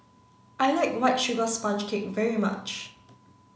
I like white sugar sponge cake very much